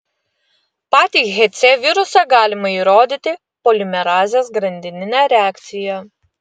patį hc virusą galima įrodyti polimerazės grandinine reakcija